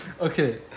Okay